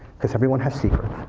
because everyone has secrets.